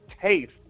taste